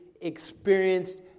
experienced